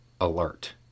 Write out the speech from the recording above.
alert